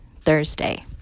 Thursday